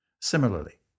Similarly